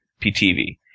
PTV